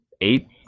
eight